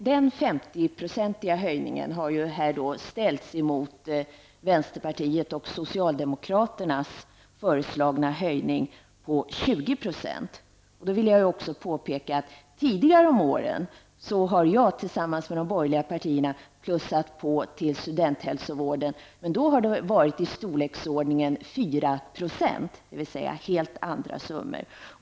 Den 50 procentiga höjningen har ställts mot vänsterpartiets och socialdemokraternas föreslagna höjning på 20 %. Jag vill också påpeka att tidigare om åren har jag tillsammans med de borgerliga partierna plussat på till studenthälsovården, men då har det rört sig om storleksordningen 4 %, dvs. helt andra summor.